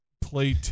play